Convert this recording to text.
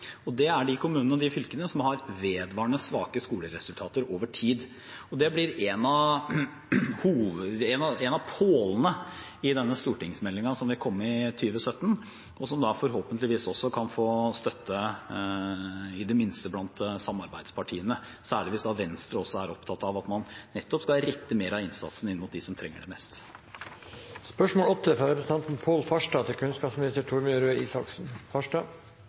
de som har vedvarende svake skoleresultater over tid. Dette blir en av pålene i stortingsmeldingen som vil komme i 2017, og som forhåpentligvis kan få støtte, i det minste blant samarbeidspartiene, og særlig hvis Venstre også er opptatt av å rette mer av innsatsen inn mot dem som trenger det mest. «Mobbing er et utbredt problem i den norske skolen, og noe som kan være vanskelig å håndtere. I dag skal skolen fatte enkeltvedtak i mobbesaker, men det finnes ingen krav til